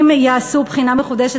אם יעשו בחינה מחודשת,